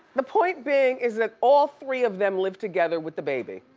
the point being is that all three of them live together with the baby.